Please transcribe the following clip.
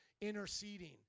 interceding